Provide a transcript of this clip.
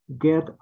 get